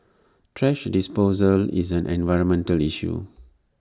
thrash disposal is an environmental issue